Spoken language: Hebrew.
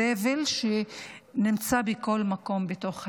זבל שנמצא בכל מקום בתוך היישוב.